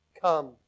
Come